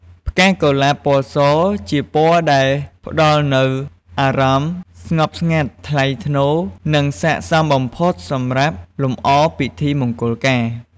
ផ្កាកុលាបពណ៌ស ជាពណ៌ដែលផ្តល់នូវអារម្មណ៍ស្ងប់ស្ងាត់ ថ្លៃថ្នូរ និងស័ក្តិសមបំផុតសម្រាប់លំអពិធីមង្គលការ។